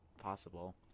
possible